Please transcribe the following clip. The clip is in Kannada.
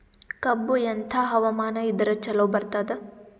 ಕಬ್ಬು ಎಂಥಾ ಹವಾಮಾನ ಇದರ ಚಲೋ ಬರತ್ತಾದ?